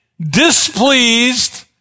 displeased